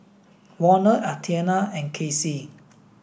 Warner Athena and Kasey